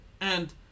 and-